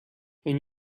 and